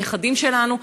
הנכדים שלנו,